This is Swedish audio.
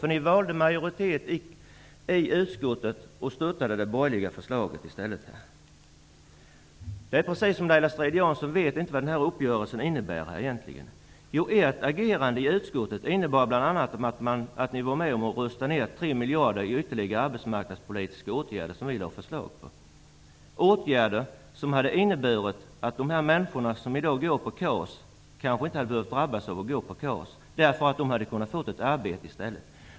Ni valde att bilda majoritet i utskottet och stöttade i stället det borgerliga förslaget. Det verkar som om Laila Strid-Jansson inte vet vad den här uppgörelsen egentligen innebär. Ert agerande i utskottet innebar bl.a. att ni var med om att rösta ner vårt förslag om ytterligare 3 miljarder kronor i arbetsmarknadspolitiska åtgärder, åtgärder som hade inneburit att de människor som i dag går på KAS kanske inte hade behövt gå på KAS, utan de hade kunnat få ett arbete i stället.